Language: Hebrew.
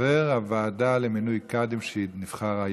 חבר הוועדה למינוי קאדים שנבחר היום,